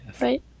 right